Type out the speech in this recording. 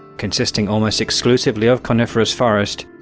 consisting almost exclusively of coniferous forest,